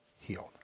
healed